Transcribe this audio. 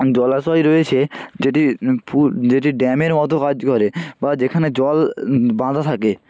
জলাশয় রয়েছে যেটি যেটি ড্যামের মতো কাজ করে বা যেখানে জল বাঁধা থাকে